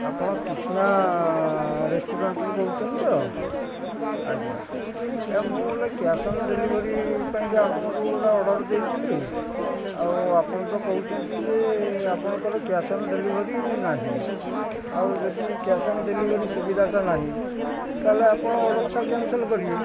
ଆପଣ କିଷ୍ଣା ରେଷ୍ଟୁରାଣ୍ଟରୁ କହୁଛନ୍ତି ତ ଆଜ୍ଞା ଆଜ୍ଞା ମୁଁ ଗୋଟେ କ୍ୟାସ୍ ଅନ୍ ଡେଲିଭରି ପାଇଁକା ଆପଣଙ୍କୁ ଗୋଟା ଅର୍ଡ଼ର ଦେଇଥିଲି ଆଉ ଆପଣ ତ କହୁଛନ୍ତି ଯେ ଆପଣଙ୍କର କ୍ୟାସ୍ ଅନ୍ ଡେଲିଭରି ନାହିଁ ଆଉ ଯଦି କ୍ୟାସ୍ ଅନ୍ ଡେଲିଭରି ସୁବିଧାଟା ନାହିଁ ତାହେଲେ ଆପଣ ଅର୍ଡ଼ରଟା କ୍ୟାନସଲ୍ କରିବେ